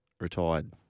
Retired